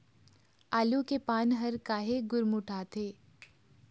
आलू के पान हर काहे गुरमुटाथे?